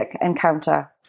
encounter